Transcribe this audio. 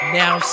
now